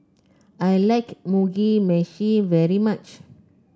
I like Mugi Meshi very much